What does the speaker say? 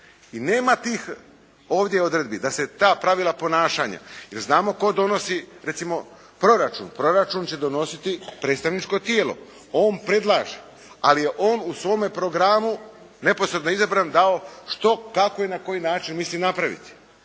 i nema tih ovdje odredbi da se ta pravila ponašanja, jer znamo tko donosi recimo proračun. Proračun će donositi predstavničko tijelo. On predlaže, ali je on u svome programu neposredno izabran dao što, kako i na koji način misli napraviti,